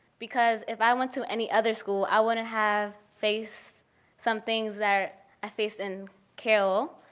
because if i went to any other school i wouldn't have faced some things that i faced in carroll.